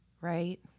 Right